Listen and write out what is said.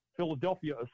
Philadelphia